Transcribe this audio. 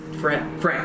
Frank